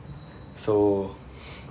so